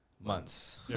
months